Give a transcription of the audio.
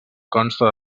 consta